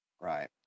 Right